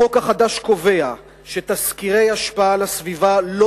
החוק החדש קובע שתסקירי השפעה על הסביבה לא